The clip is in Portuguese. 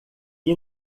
que